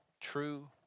true